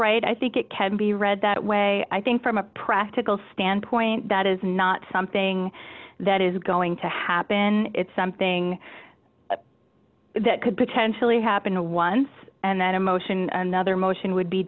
right i think it can be read that way i think from a practical standpoint that is not something that is going to happen it's something that could potentially happen once and then a motion another motion would be